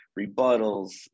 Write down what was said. rebuttals